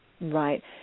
Right